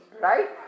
right